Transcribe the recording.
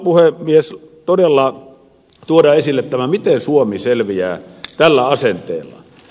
haluan puhemies todella tuoda esille tämän miten suomi selviää tällä asenteella